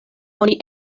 oni